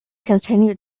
continued